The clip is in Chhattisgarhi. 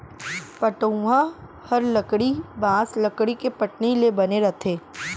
पटउहॉं हर लकड़ी, बॉंस, लकड़ी के पटनी ले बने रथे